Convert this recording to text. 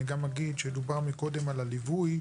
דובר קודם על הליווי,